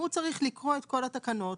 הוא צריך לקרוא את כל התקנות,